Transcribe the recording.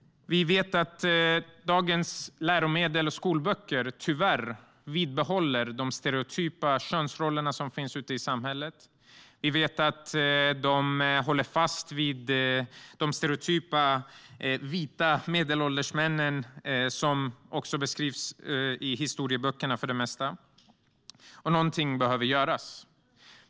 Vi vet att dagens läromedel och skolböcker tyvärr bibehåller de stereotypa könsroller som finns ute i samhället. Vi vet att de håller fast vid de stereotypa vita, medelålders männen som för det mesta är de som beskrivs i historieböckerna. Någonting behöver göras.